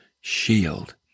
shield